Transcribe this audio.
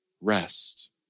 rest